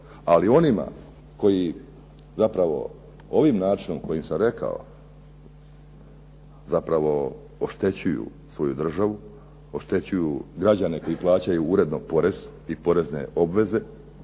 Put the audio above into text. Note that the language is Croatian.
Ali onima koji zapravo ovim načinom kojim sam rekao zapravo oštećuju svoju državu, oštećuju građane koji plaćaju uredno porez i porezne obveze,